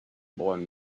boy